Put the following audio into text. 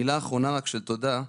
מילה אחרונה של תודה.